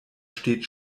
steht